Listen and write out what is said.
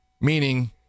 meaning